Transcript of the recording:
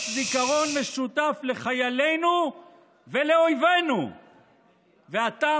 זיכרון משותף לחיילינו ולאויבינו ואתה,